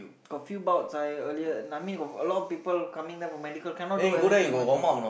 got few bouts I earlier no I mean got a lot of people coming there for medical cannot do everything one